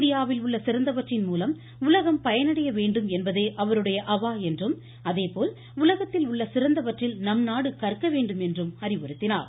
இந்தியாவில் உள்ள சிறந்தவற்றின் மூலம் உலகம் பயனடைய வேண்டும் என்பதே அவருடைய அவா என்றும் அதேபோல் உலகத்தில் உள்ள சிறந்தவற்றில் நம்நாடு கற்க வேண்டும் என்றும் அறிவுறுத்தினார்